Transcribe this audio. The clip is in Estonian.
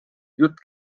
jutt